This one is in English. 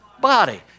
body